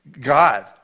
God